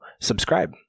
subscribe